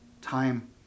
time